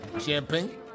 Champagne